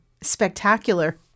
spectacular